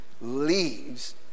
leaves